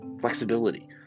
flexibility